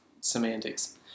Semantics